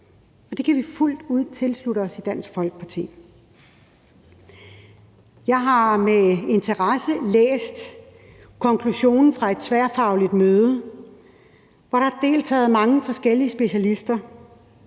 Det kan vi fuldt ud tilslutte os i Dansk Folkeparti. Jeg har med interesse læst konklusionen fra et tværfagligt møde, hvor der har deltaget mange forskellige specialister.